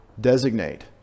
designate